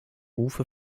rufe